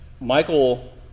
Michael